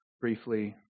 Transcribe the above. briefly